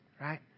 right